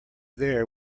there